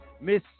Miss